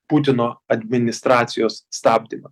putino administracijos stabdymą